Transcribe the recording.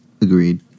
Agreed